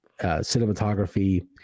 Cinematography